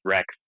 Rex